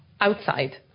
outside